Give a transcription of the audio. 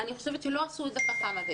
אני חושבת שלא עשו את זה חכם.